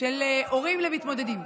של הורים למתמודדים.